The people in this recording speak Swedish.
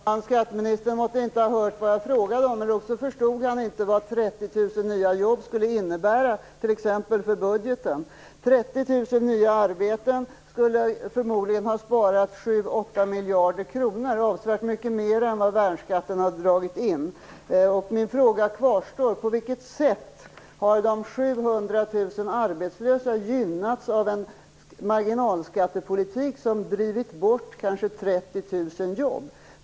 Herr talman! Skatteministern måtte inte ha hört vad jag frågade om, eller också förstod han inte vad 30 000 nya jobb skulle innebära t.ex. för budgeten. 30 000 nya arbeten skulle förmodligen ha sparat 7-8 miljarder kronor, avsevärt mycket mer än vad värnskatten har dragit in. Min fråga kvarstår: På vilket sätt har de 700 000 arbetslösa gynnats av en marginalskattepolitik som har drivit bort kanske 30 000 jobb?